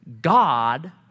God